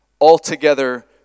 altogether